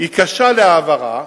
היא קשה להעברה,